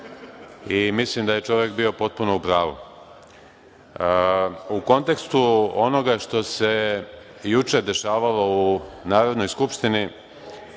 i mislim da je čovek bio potpuno u pravu.U kontekstu onoga što se juče dešavalo u Narodnoj skupštini,